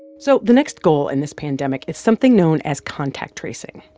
so the next goal in this pandemic is something known as contact tracing.